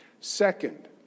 Second